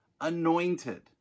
anointed